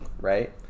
right